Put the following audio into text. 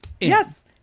Yes